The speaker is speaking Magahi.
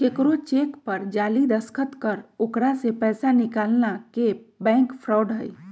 केकरो चेक पर जाली दस्तखत कर ओकरा से पैसा निकालना के बैंक फ्रॉड हई